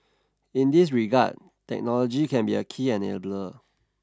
in this regard technology can be a key enabler